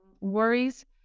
worries